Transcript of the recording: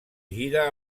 gira